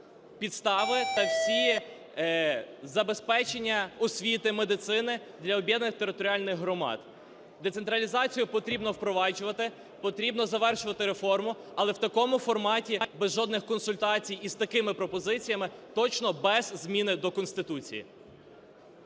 підстави та всі забезпечення освіти, медицини для об'єднаних територіальних громад. Децентралізацію потрібно впроваджувати, потрібно завершувати реформу, але в такому форматі без жодних консультацій і з такими пропозиціями точно без зміни до Конституції.